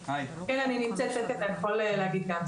כן, אני נמצאת, אבל אתה יכול גם לדבר.